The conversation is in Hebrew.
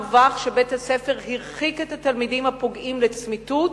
דווח שבית-הספר הרחיק את התלמידים הפוגעים לצמיתות